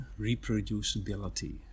reproducibility